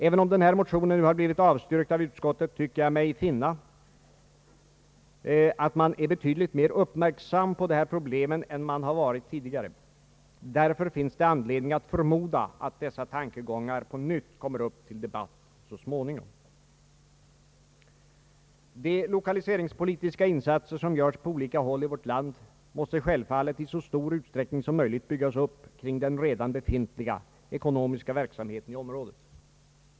Även om den här motionen nu har blivit avstyrkt av utskottet tycker jag mig finna, att man är betydligt mer uppmärksam på de här problemen än man har varit tidigare. Därför finns det anledning att förmoda att dessa tankegångar på nytt kommer upp till debatt så småningom. De lokaliseringspolitiska insatser som görs på olika håll i vårt land måste självfallet i så stor utsträckning som möjligt byggas upp kring den redan befintliga ekonomiska verksamheten i området.